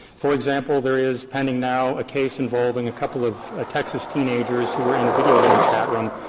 for example, there is pending now a case involving a couple of ah texas teenagers who were in a video game chat room.